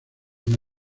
una